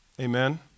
Amen